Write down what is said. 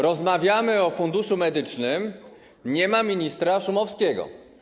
Rozmawiamy o funduszu medycznym - nie ma ministra Szumowskiego.